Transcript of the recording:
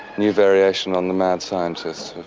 new variation on the mad scientist.